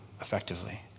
effectively